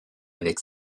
avec